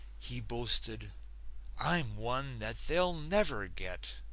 he boasted i'm one that they'll never get.